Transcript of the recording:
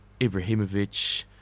Ibrahimovic